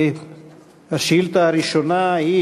השאילתה הראשונה היא